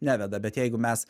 neveda bet jeigu mes